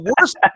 worst